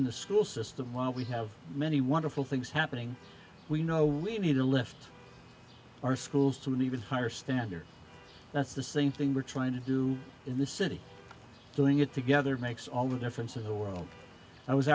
in the school system while we have many wonderful things happening we know we need to lift our schools to an even higher standard that's the same thing we're trying to do in this city doing it together makes all the difference in the world i was